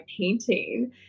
painting